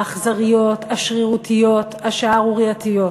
האכזריות, השרירותיות, השערורייתיות.